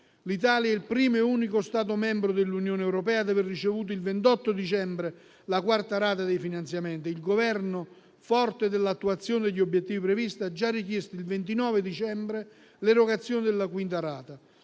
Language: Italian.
L'Italia è il primo e unico Stato membro dell'Unione europea ad aver ricevuto, il 28 dicembre, la quarta rata dei finanziamenti. Il Governo, forte dell'attuazione degli obiettivi previsti, il 29 dicembre ha già richiesto l'erogazione della quinta rata.